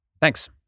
Thanks